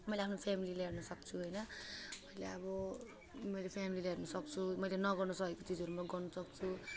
मैले आफ्नो फेमिली ल्याउन सक्छु होइन मैले अब मैले फमिली हेर्न सक्छु मैले नगर्नु सकेको चिजहरू म गर्न सक्छु